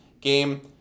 game